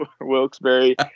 Wilkes-Barre